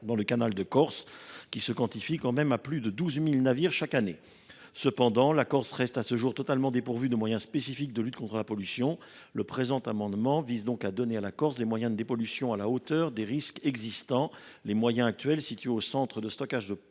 dans le canal de Corse – plus de 12 000 navires chaque année. Pour autant, la Corse reste à ce jour totalement dépourvue de moyens spécifiques de lutte contre la pollution. Le présent amendement vise donc à lui donner des moyens de dépollution à la hauteur des risques existants. Les moyens actuels, situés au centre de stockage de Porticcio,